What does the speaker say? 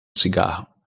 cigarro